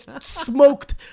smoked